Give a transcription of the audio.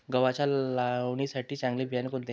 गव्हाच्या लावणीसाठी चांगले बियाणे कोणते?